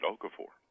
Okafor